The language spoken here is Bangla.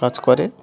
কাজ করে